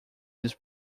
his